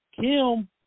Kim